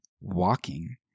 walking